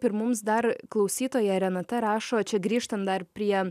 ir mums dar klausytoja renata rašo čia grįžtant dar prie